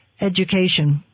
education